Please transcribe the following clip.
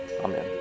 Amen